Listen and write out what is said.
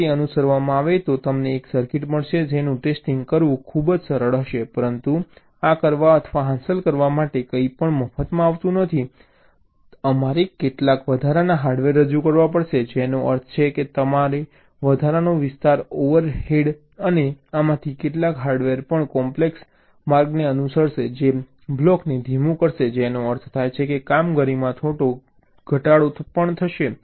જો તે અનુસરવામાં આવે તો અમને એક સર્કિટ મળશે જેનું ટેસ્ટિંગ કરવું સરળ હશે પરંતુ આ કરવા અથવા હાંસલ કરવા માટે કંઈપણ મફતમાં આવતું નથી અમારે કેટલાક વધારાના હાર્ડવેર રજૂ કરવા પડશે તેનો અર્થ એ કે વધારાનો વિસ્તાર ઓવરહેડ અને આમાંથી કેટલાક હાર્ડવેર પણ કોમ્પ્લેક્સ માર્ગને અનુસરશે જે બ્લોકને ધીમું કરશે જેનો અર્થ થાય છે કે કામગીરીમાં થોડો ઘટાડો પણ થશે